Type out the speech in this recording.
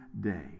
day